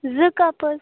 زٕ کَپ حظ